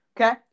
Okay